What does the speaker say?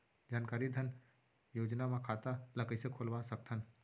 जानकारी धन योजना म खाता ल कइसे खोलवा सकथन?